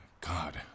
God